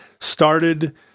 started